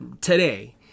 today